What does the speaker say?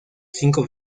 cinco